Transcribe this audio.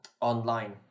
online